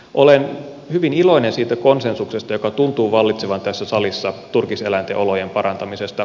olen hyvin iloinen siitä konsensuksesta joka tuntuu vallitsevan tässä salissa turkiseläinten olojen parantamisesta